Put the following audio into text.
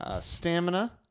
Stamina